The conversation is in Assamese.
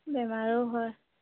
বেমাৰো হয়